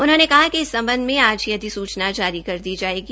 उन्होंने कहा कि इस संबंध में आज ही अधिसूचना जारी कर दी जाएगी